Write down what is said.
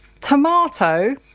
tomato